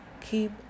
keep